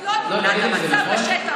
זאת לא תמונת המצב בשטח.